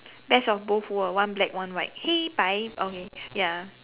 best of both world one black one white 黑白 okay ya